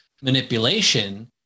manipulation